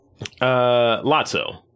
Lotso